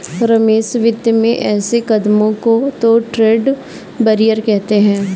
रमेश वित्तीय में ऐसे कदमों को तो ट्रेड बैरियर कहते हैं